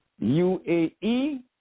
UAE